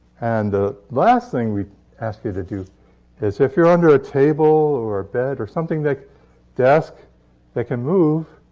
and the last thing we ask you to do is, if you're under a table or a bed or something that desk that can move,